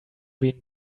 been